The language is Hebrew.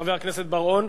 חבר הכנסת בר-און,